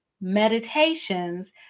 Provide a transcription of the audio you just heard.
meditations